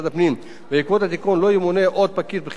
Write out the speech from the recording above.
בעקבות התיקון לא ימונה עוד פקיד בחירות מטעם שר הפנים.